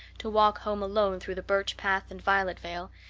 to walk home alone through the birch path and violet vale,